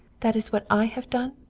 that is what i have done?